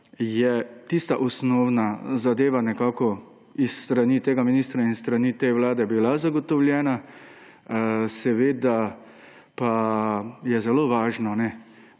je tista osnovna zadeva nekako s strani tega ministra in s strani te vlade bila zagotovljena. Seveda pa je zelo važno, da